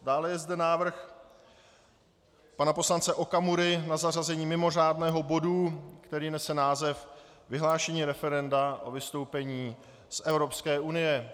Dále je zde návrh pana poslance Okamury na zařazení mimořádného bodu, který nese název vyhlášení referenda o vystoupení z Evropské unie.